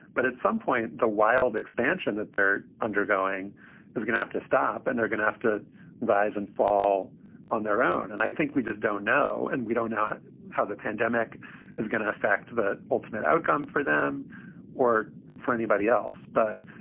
but at some point, the wild expansion that they're undergoing is going to have to stop and they're going to have to rise and fall on their own. and i think we just don't know and we don't know how the pandemic is going to affect the ultimate outcome for them or for anybody else. but,